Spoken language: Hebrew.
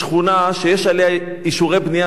עליה אישורי בנייה שהולכים וחוזרים,